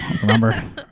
Remember